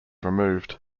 removed